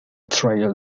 trail